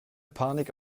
panik